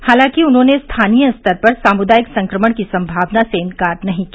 हालांकि उन्होंने स्थानीय स्तर पर सामुदायिक संक्रमण की संभावना से इंकार नहीं किया